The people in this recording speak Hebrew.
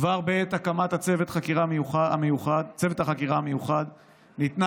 כבר בעת הקמת צוות החקירה המיוחד ניתנה